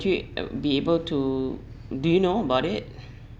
you uh be able to do you know about it